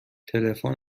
تلفن